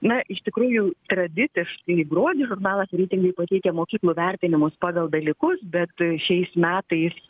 na iš tikrųjų tradiciškai gruodį žurnalas reitingai pateikia mokyklų vertinimus pagal dalykus bet šiais metais